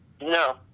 no